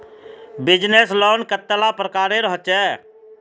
Business loan कतेला प्रकारेर होचे?